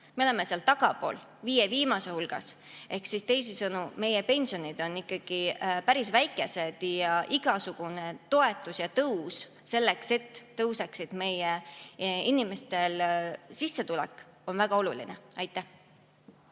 me oleme tagapool, viie viimase hulgas. Teisisõnu: meie pensionid on ikkagi päris väikesed. Igasugune toetus, selleks et tõuseks meie inimeste sissetulek, on väga oluline. Aitäh